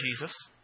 Jesus